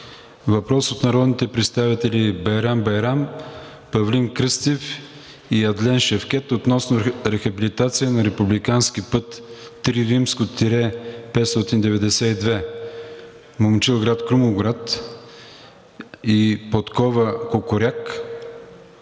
Въпрос от народните представители Байрам Байрам, Павлин Кръстев и Адлен Шевкед относно рехабилитация на републикански път III-592 Момчилград – Крумовград, Подкова – Кукуряк